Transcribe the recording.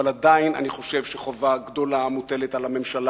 אבל עדיין אני חושב שחובה גדולה מוטלת על הממשלה